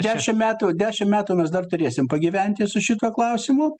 dešim metų dešim metų mes dar turėsim pagyventi su šituo klausimu